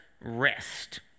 rest